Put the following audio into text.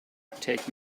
take